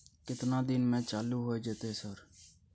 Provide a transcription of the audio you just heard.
केतना दिन में चालू होय जेतै सर?